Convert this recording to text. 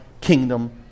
kingdom